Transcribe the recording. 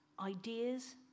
ideas